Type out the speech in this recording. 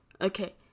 Okay